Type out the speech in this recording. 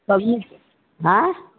पबनी ऑंय